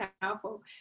powerful